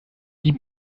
die